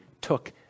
took